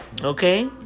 Okay